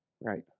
Right